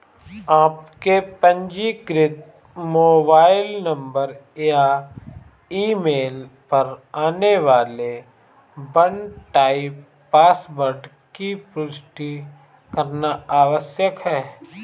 आपके पंजीकृत mobile number या ईमेल पर आने वाले वन टाइम पासवर्ड की पुष्टि करना आवश्यक है